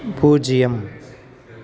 பூஜ்ஜியம்